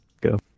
go